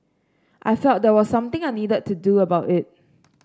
I felt there was something I needed to do about it